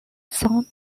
cent